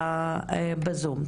בזום.